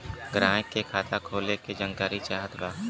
ग्राहक के खाता खोले के जानकारी चाहत बा?